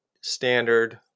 standard